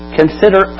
consider